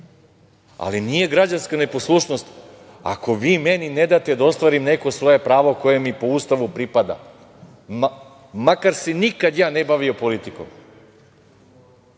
Ali, nije građanska neposlušnost ako vi meni ne date da ostvarim neko svoje pravo koje mi po Ustavu pripada makar se nikada ja ne bavio politikom.